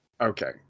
Okay